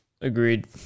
agreed